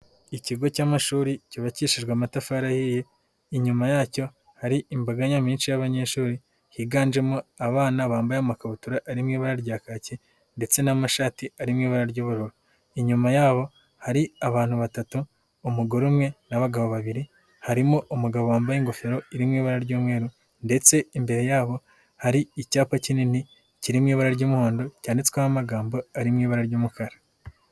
Ikigo cy'amashuri cyubakishijwe amatafari ahiye. Inyuma yacyo hari imbaga nyamwinshi y'abanyeshuri, higanjemo abana bambaye amakabutura ari mu iba ryakaki ndetse n'amashati ari mu ibara ry'ubururu . Inyuma yabo hari abantu batatu, umugore umwe n'abagabo babiri. Harimo umugabo wambaye ingofero iririmo ibara ry'umweru ndetse imbere yabo hari icyapa kinini kiririmo ibara ry'umuhondo cyanditsweho amagambo ari mu ibara ry'umukara.